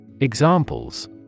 Examples